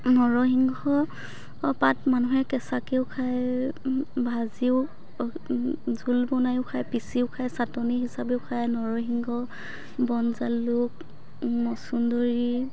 নৰসিংহ পাত মানুহে কেঁচাকেও খায় ভাজিও জোল বনাইও খায় পিঁচিও খায় চাটনি হিচাপেও খায় নৰসিংহ বন জালুক মছন্দৰী